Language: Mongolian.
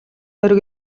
морь